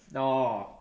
orh